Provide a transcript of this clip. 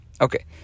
Okay